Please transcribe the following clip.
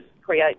create